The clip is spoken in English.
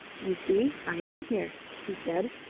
you see i am here, he said.